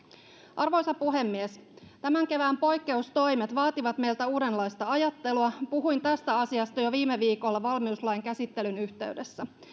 arvoisa puhemies tämän kevään poikkeustoimet vaativat meiltä uudenlaista ajattelua puhuin tästä asiasta jo viime viikolla valmiuslain käsittelyn yhteydessä